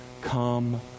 come